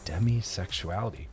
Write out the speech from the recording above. demisexuality